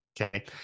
okay